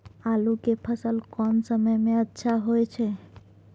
आलू के फसल कोन समय में अच्छा होय छै?